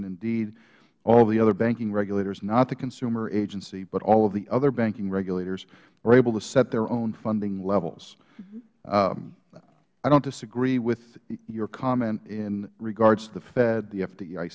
and indeed all of the other banking regulators not the consumer agency but all of the other banking regulators are able to set their own funding levels i don't disagree with your comment in regards to the fed the f